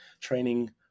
training